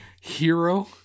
Hero